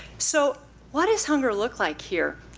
so what does hunger look like here?